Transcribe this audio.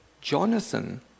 Jonathan